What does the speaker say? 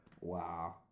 Wow